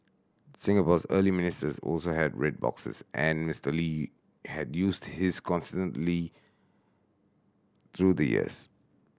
Singapore's early ministers also had red boxes and Mister Lee had used his consistently through the years